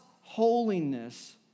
holiness